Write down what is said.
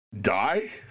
die